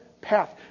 path